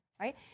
right